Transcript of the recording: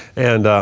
and